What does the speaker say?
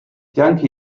danke